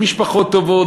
משפחות טובות,